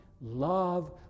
love